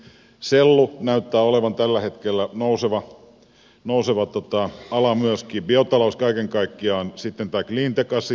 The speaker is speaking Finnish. sellu näyttää olevan tällä hetkellä nouseva ala myöskin biotalous kaiken kaikkiaan sitten tämä cleantech asia